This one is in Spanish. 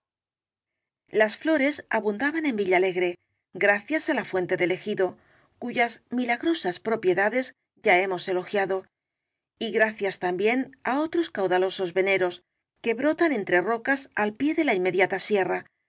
las floies abundaban en viilalegre gracias á la fuente del ejido cuyas milagrosas propiedades ya hemos elogiado y gracias también á otros cauda losos veneros que brotan entre rocas al pie de la inmediata sierra